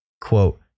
quote